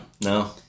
No